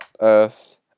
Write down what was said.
Earth